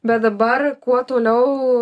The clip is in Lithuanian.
bet dabar kuo toliau